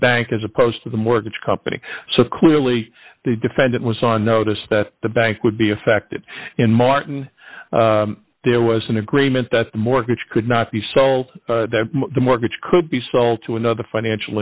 bank as opposed to the mortgage company so clearly the defendant was on notice that the bank would be affected and martin there was an agreement that the mortgage could not be so that the mortgage could be sell to another financial